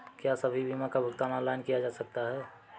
क्या सभी बीमा का भुगतान ऑनलाइन किया जा सकता है?